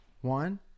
One